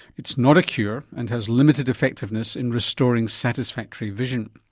it's not a cure and has limited effectiveness in restoring satisfactory vision.